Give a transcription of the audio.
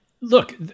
Look